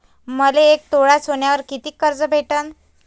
मले एक तोळा सोन्यावर कितीक कर्ज भेटन?